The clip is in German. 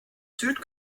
süd